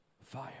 fire